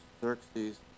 Xerxes